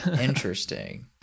Interesting